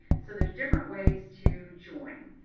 so there's different ways to join.